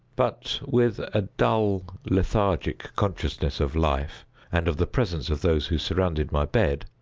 but with a dull lethargic consciousness of life and of the presence of those who surrounded my bed,